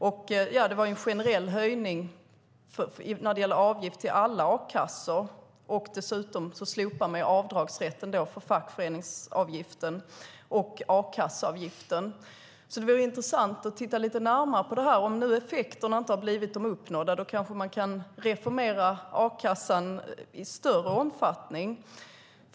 Det gjordes en generell höjning av avgiften till alla a-kassor. Dessutom slopades avdragsrätten för fackföreningsavgiften och a-kasseavgiften. Det vore intressant att titta lite närmare på detta. Om nu effekterna inte blivit de tänkta kanske man kan reformera a-kassan i större omfattning.